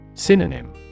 Synonym